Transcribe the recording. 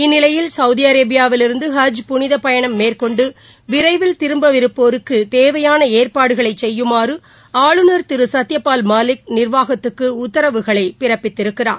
இந்நிலையில் சௌதி அரேபியாவிலிருந்து ஹஜ் புனித பயணம் மேற்கொண்டு விரைவில் திரும்பவிருப்போருக்கு தேவையாள ஏற்பாடுகளை செய்யுமாறு ஆளுநர் திரு சத்யபால் மாலிக் நிர்வாகத்துக்கு உத்தரவுகளை பிறப்பித்திருக்கிறார்